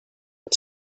and